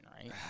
right